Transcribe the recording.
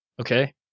okay